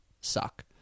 suck